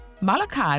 Malachi